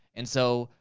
and so,